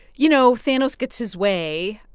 you know, thanos gets his way.